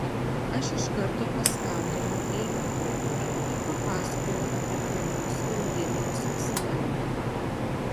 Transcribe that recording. aš iš karto paskambinau eimantui ir papasakojau apie ponios eugenijos apsilankymą